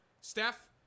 Steph